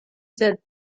said